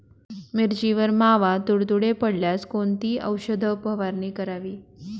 मिरचीवर मावा, तुडतुडे पडल्यास कोणती औषध फवारणी करावी?